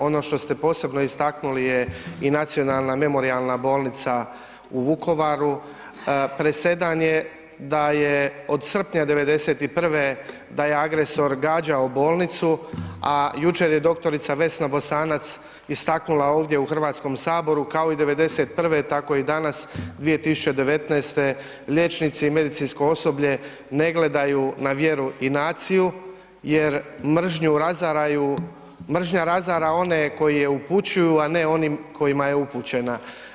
Ono što ste posebno istaknuli je i Nacionalna memorijalna bolnica u Vukovaru, presedan je da je od srpnja 1991. da je agresor gađao bolnicu, a jučer je dr. Vesna Bosanac istaknula ovdje u Hrvatskom saboru kao i '91. tako i danas 2019. liječnici i medicinsko osoblje ne gledaju na vjeru i naciju jer mržnja razara one koji je upućuju, a ne onim kojima je upućena.